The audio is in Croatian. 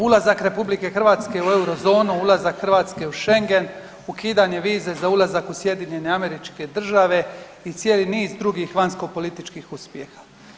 Ulazak RH u eurozonu, ulazak u Hrvatske u Schengen, ukidanje vize za ulazak u SAD i cijeli niz drugih vanjskopolitičkih uspjeha.